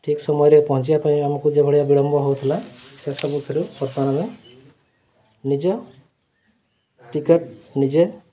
ଠିକ୍ ସମୟରେ ପହଞ୍ଚିବା ପାଇଁ ଆମକୁ ଯେ ଭଳିଆ ବିଳମ୍ବ ହେଉଥିଲା ସେ ସବୁଥିରୁ ବର୍ତ୍ତମାନ ଆମେ ନିଜ ଟିକେଟ୍ ନିଜେ